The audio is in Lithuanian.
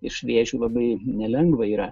iš vėžių labai nelengva yra